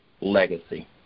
legacy